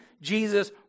Jesus